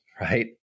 Right